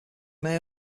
may